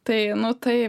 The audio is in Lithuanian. tai nu tai